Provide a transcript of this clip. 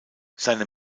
seine